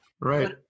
Right